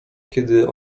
kiedy